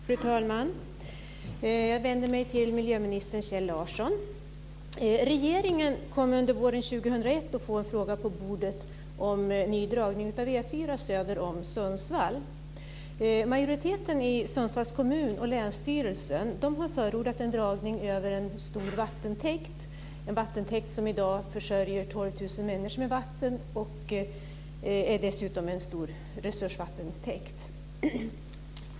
Fru talman! Jag vänder mig till miljöminister Regeringen kommer under våren 2001 att få en fråga på bordet om ny dragning av E 4:an söder om Sundsvall. Majoriteten i Sundsvalls kommun och länsstyrelsen har förordat en dragning över en stor vattentäkt. Det är en vattentäkt som i dag försörjer 12 000 människor med vatten och som dessutom är en stor resursvattentäkt.